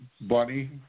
bunny